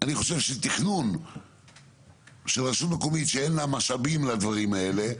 אני חושב שתכנון של רשות מקומית שאין לה משאבים לדברים האלה,